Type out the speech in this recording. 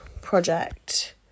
project